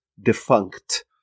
defunct